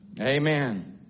Amen